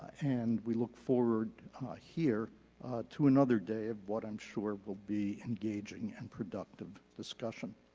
and we look forward here to another day of what i'm sure will be engaging and productive discussion.